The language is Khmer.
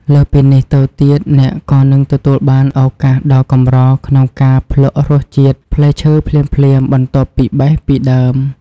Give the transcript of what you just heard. លើសពីនេះទៅទៀត អ្នកក៏នឹងទទួលបានឱកាសដ៏កម្រក្នុងការភ្លក្សរសជាតិផ្លែឈើភ្លាមៗបន្ទាប់ពីបេះពីដើម។